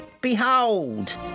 Behold